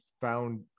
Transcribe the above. found